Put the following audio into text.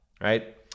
right